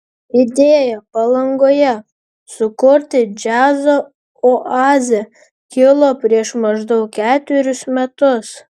idėja palangoje sukurti džiazo oazę kilo prieš maždaug ketverius metus